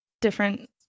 different